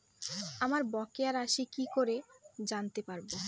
আমার বকেয়া রাশি কি করে জানতে পারবো?